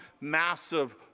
massive